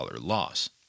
loss